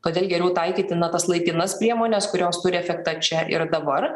kodėl geriau taikyti na tas laikinas priemones kurios turi efektą čia ir dabar